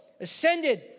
ascended